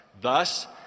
Thus